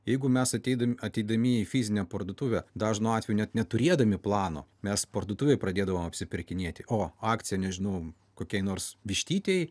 jeigu mes ateidami ateidami į fizinę parduotuvę dažnu atveju net neturėdami plano mes parduotuvėj pradėdavom apsipirkinėti o akcija nežinau kokiai nors vištytei